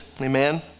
Amen